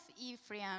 Ephraim